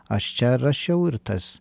aš čia rašiau ir tas